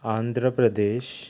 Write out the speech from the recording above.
Andhra Pradesh